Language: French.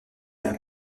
par